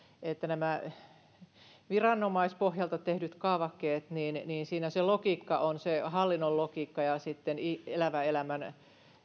että näissä viranomaispohjalta tehdyissä kaavakkeissa se logiikka on se hallinnon logiikka ja sitten elävän elämän